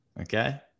Okay